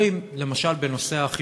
למשל, בנושא האכיפה.